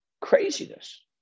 Craziness